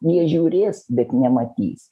jie žiūrės bet nematys